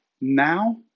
now